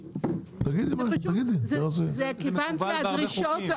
כיוון שהדרישות,